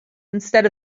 instead